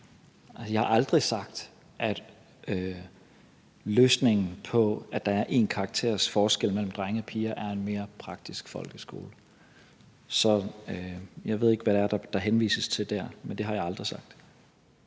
Jeg har aldrig sagt, at løsningen på, at der er én karakters forskel mellem drenge og piger, er en mere praktisk folkeskole. Så jeg ved ikke, hvad det er, der henvises til der. Men det har jeg aldrig sagt.